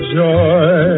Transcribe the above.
joy